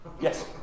Yes